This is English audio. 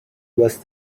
was